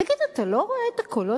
תגיד, אתה לא רואה את הקולות?